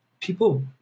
people